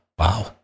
wow